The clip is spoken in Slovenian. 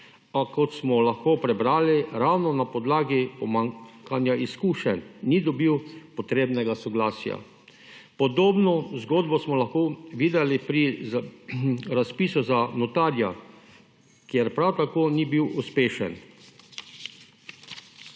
a kot smo lahko prebrali ravno na podlagi pomanjkanja izkušenj, ni dobil potrebnega soglasja. Podobno zgodbo smo lahko videli pri razpisu za notranja, kjer prav tako ni bil uspešen.